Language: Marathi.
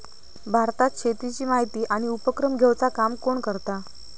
भारतात शेतीची माहिती आणि उपक्रम घेवचा काम कोण करता?